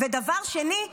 ודבר שני,